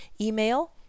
email